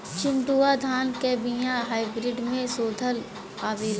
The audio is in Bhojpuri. चिन्टूवा धान क बिया हाइब्रिड में शोधल आवेला?